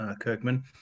Kirkman